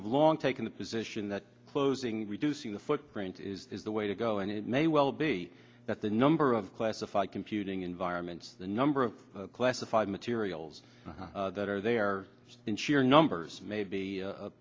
have long taken the position that closing reducing the footprint is the way to go and it may well be that the number of classified computing environments the number of classified materials that are there in sheer numbers may be